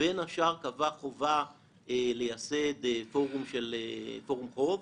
בין השאר קבע חובה לייסד "פורום חוב".